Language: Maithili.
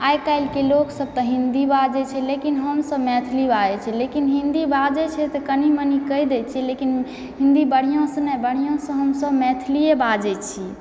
आइकाल्हि के लोक सब तऽ हिन्दी बाजै छै लेकिन हमसब मैथिली बाजै छी लेकिन हिन्दी बाजै छै तऽ कनी मनी कैह दै छियै लेकिन हिन्दी बढ़िऑं सऽ नै बढिया सऽ हमसब मैथिलीये बाजै छी